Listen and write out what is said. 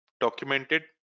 documented